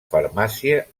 farmàcia